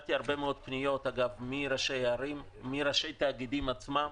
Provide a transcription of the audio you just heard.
קיבלתי הרבה מאוד פניות מראשי ערים ומראשי תאגידים עצמם